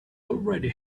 already